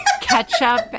ketchup